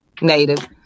native